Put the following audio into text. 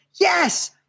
Yes